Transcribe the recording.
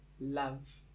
love